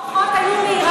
משפחות היו מעיראק,